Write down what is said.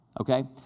Okay